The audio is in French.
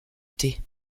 thé